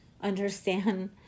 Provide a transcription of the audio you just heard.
understand